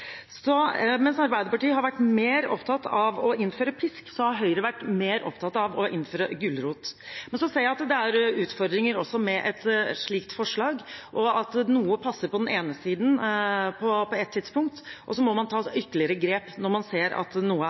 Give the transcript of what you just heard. så lenge de vasker svart. Mens Arbeiderpartiet har vært mer opptatt av å innføre pisk, har Høyre vært mer opptatt av å innføre gulrot. Men jeg ser at det er utfordringer også med et slikt forslag, og at noe passer på den ene siden på ett tidspunkt, og så må man ta ytterligere grep når man ser at noe er